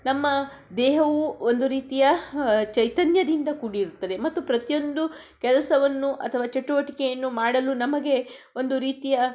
ನಮ್ಮ ದೇಹವು ಒಂದು ರೀತಿಯ ಚೈತನ್ಯದಿಂದ ಕೂಡಿರುತ್ತದೆ ಮತ್ತು ಪ್ರತಿಯೊಂದು ಕೆಲಸವನ್ನು ಅಥವಾ ಚಟುವಟಿಕೆಯನ್ನು ಮಾಡಲು ನಮಗೆ ಒಂದು ರೀತಿಯ